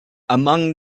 among